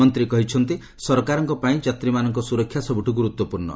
ମନ୍ତ୍ରୀ କହିଛନ୍ତି ସରକାରଙ୍କ ପାଇଁ ଯାତ୍ରୀମାନଙ୍କ ସୁରକ୍ଷା ସବୁଠୁ ଗୁରୁତ୍ୱପୂର୍ଣ୍ଣ